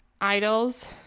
Idols